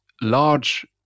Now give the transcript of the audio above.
large